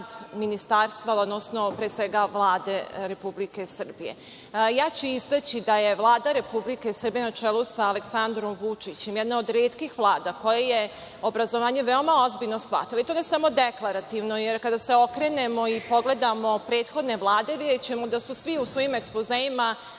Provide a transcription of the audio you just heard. Ministarstva, odnosno pre svega Vlade Republike Srbije. Ja ću istaći da je Vlada Republike Srbije, na čelu sa Aleksandrom Vučićem, jedna od retkih Vlada koja je obrazovanje veoma ozbiljno shvatila i to ne samo deklarativno, jer kada se okrenemo i pogledamo prethodne vlade, videćemo da su svi u svojim ekspozeima